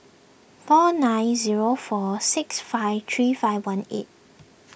four nine zero four six five three five one eight